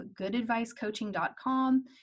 goodadvicecoaching.com